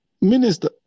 Minister